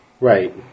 Right